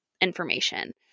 information